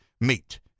meet